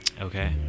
Okay